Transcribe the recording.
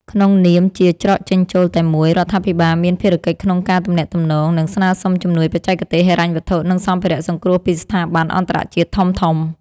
ក្នុងនាមជាច្រកចេញចូលតែមួយ រដ្ឋាភិបាលមានភារកិច្ចក្នុងការទំនាក់ទំនង និងស្នើសុំជំនួយបច្ចេកទេស ហិរញ្ញវត្ថុ និងសម្ភារៈសង្គ្រោះពីស្ថាប័នអន្តរជាតិធំៗ។